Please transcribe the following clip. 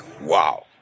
wow